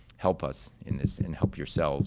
help us in this, and help yourselves